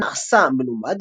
נעשה מלומד,